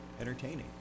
entertaining